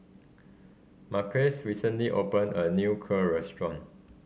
Marquez recently open a new Kheer restaurant